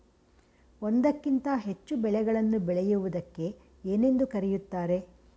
ಒಂದಕ್ಕಿಂತ ಹೆಚ್ಚು ಬೆಳೆಗಳನ್ನು ಬೆಳೆಯುವುದಕ್ಕೆ ಏನೆಂದು ಕರೆಯುತ್ತಾರೆ?